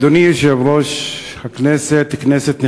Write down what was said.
אדוני יושב-ראש הכנסת, כנסת נכבדה,